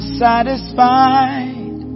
satisfied